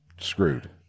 screwed